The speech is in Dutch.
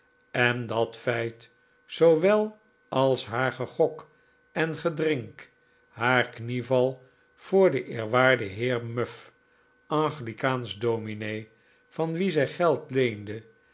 en dat feit zoo wel als haar gegok en gedrink haar knieval voor den eerwaarden heer muff anglicaansch dominee van wien zij geld leende